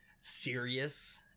serious